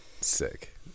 Sick